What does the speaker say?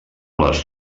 les